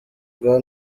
bwa